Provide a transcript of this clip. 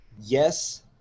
Yes